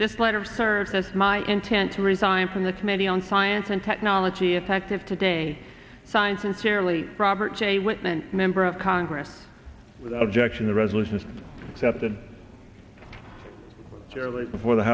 this letter of service my intent to resign from the committee on science and technology effective today science and generally robert j whitman member of congress objection the resolution is excepted surely before the